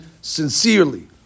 sincerely